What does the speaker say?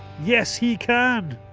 yes he can.